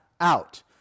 out